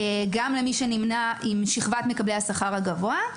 גם למי שנמנה עם שכבת מקבלי השכר הגבוה.